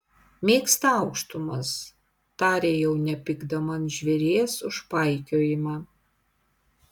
mėgsta aukštumas tarė jau nepykdama ant žvėries už paikiojimą